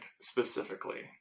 specifically